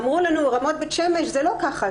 אמרו לנו רמות בית שמש זה לא כך,